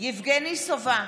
יבגני סובה,